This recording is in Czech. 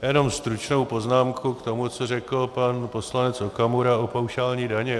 Jenom stručnou poznámku k tomu, co řekl pan poslanec Okamura o paušální dani.